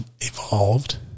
evolved